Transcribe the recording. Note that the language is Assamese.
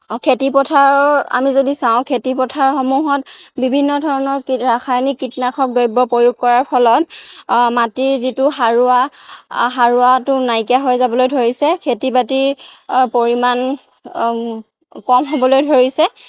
খেতি পথাৰৰ আমি যদি চাওঁ খেতি পথাৰসমূহত বিভিন্ন ধৰণৰ ৰাসায়নিক কীটনাশক দ্ৰব্য প্ৰয়োগ কৰাৰ ফলত মাটিৰ যিটো সাৰুৱা সাৰুৱাটো নাইকিয়া হৈ যাবলৈ ধৰিছে খেতি বাতিৰ পৰিমাণ কম হ'বলৈ ধৰিছে